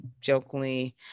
jokingly